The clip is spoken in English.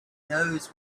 knows